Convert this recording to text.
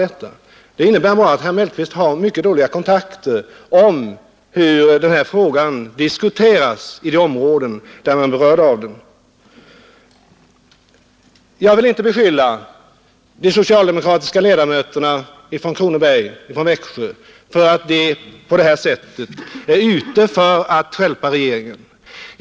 Det visar att herr Mellqvist har en mycket dålig kännedom om hur denna fråga diskuterats i de områden som är berörda av förslaget. Jag vill inte beskylla de socialdemokratiska ledamöterna från Kronobergs län — bl.a. från Växjö — för att de är ute efter att stjälpa regeringen på det här sättet.